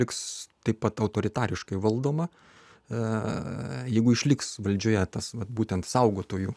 tiks taip pat autoritariškai valdoma a jeigu išliks valdžioje tas vat būtent saugotojų